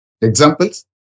Examples